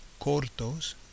cortos